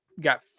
got